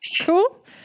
Cool